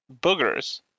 boogers